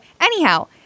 anyhow